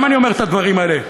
למה אני אומר את הדברים האלה?